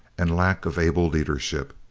and lack of able leadership.